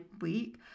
week